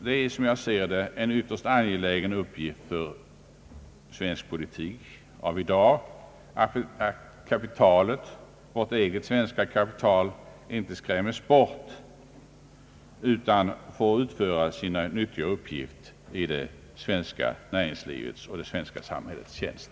Det är som jag ser det en ytterst angelägen uppgift för svensk politik av i dag att vårt eget svenska kapital inte skrämmes bort utan får utföra sin nyttiga uppgift i det svenska näringslivets och i det svenska samhällets tjänst.